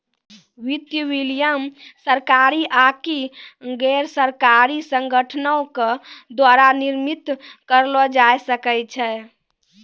वित्तीय विनियमन सरकारी आकि गैरसरकारी संगठनो के द्वारा नियंत्रित करलो जाय सकै छै